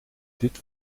dit